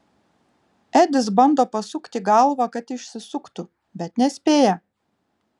edis bando pasukti galvą kad išsisuktų bet nespėja